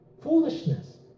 Foolishness